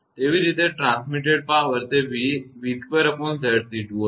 તેવી જ રીતે ટ્રાન્સમીટેડ પાવર કે તે 𝑣2𝑍𝑐2 હશે